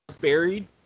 buried